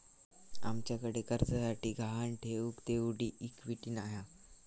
आमच्याकडे कर्जासाठी गहाण ठेऊक तेवढी इक्विटी नाय हा